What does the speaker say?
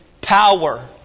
power